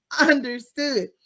Understood